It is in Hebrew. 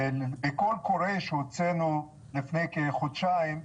בקול קורא שהוצאנו לפני כחודשיים,